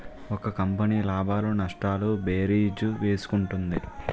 ఒక కంపెనీ లాభాలు నష్టాలు భేరీజు వేసుకుంటుంది